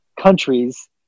countries